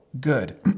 Good